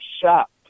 shop